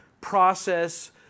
process